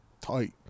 tight